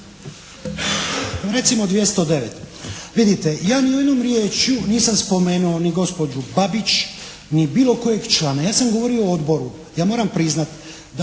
Recimo 209. Vidite ja ni jednom riječju nisam spomenuo ni gospođu Babić, ni bilo kojeg člana. Ja sam govorio o odboru. Ja moram priznat da